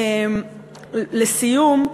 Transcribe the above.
לסיום,